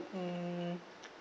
mm